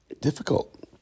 difficult